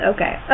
Okay